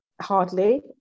Hardly